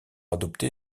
adopté